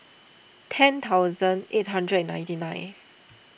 ten thousand eight hundred ninety nine